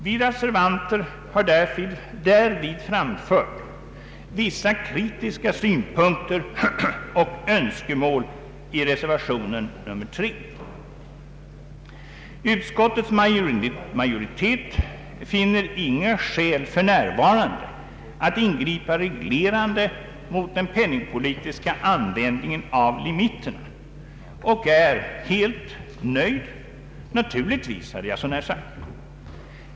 Vi reservanter har därvid framfört vissa kritiska synpunkter och önskemål i reservationen 3. Utskottets majoritet finner intet skäl för närvarande att ingripa reglerande mot den penningpolitiska användningen av limiterna och är helt nöjd — naturligtvis, hade jag så när sagt.